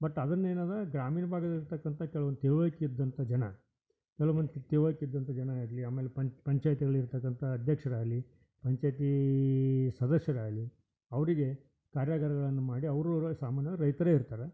but ಅದನ್ನು ಏನು ಇದೆ ಗ್ರಾಮೀಣ ಭಾಗದ ಇರತಕ್ಕಂಥ ಕೆಲ್ವೊಂದು ತಿಳ್ವಳ್ಕೆ ಇದ್ದಂಥ ಜನ ಕೆಲವು ಮಂದಿ ತಿಳ್ವಳ್ಕೆ ಇದ್ದಂಥ ಜನ ಆಗಲಿ ಆಮೇಲೆ ಪನ್ ಪಂಚಾಯ್ತಿಯಲ್ಲಿ ಇರತಕ್ಕಂಥ ಅಧ್ಯಕ್ಷರಾಗ್ಲಿ ಪಂಚಾಯ್ತಿ ಸದಸ್ಯರಾಗ್ಲಿ ಅವರಿಗೆ ಕಾರ್ಯಾಗಾರಗಳನ್ನು ಮಾಡಿ ಅವರು ಅವ್ರು ಸಾಮಾನ್ಯವಾಗಿ ರೈತರೇ ಇರ್ತಾರೆ